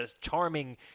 charming